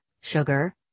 sugar